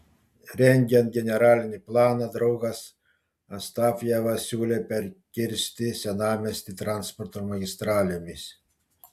rengiant generalinį planą draugas astafjevas siūlė perkirsti senamiestį transporto magistralėmis